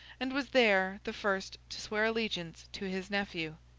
and was there the first to swear allegiance to his nephew.